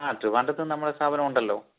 ആ ട്രിവാൻഡ്രത്ത് നമ്മുടെ സ്ഥാപനം ഉണ്ടല്ലോ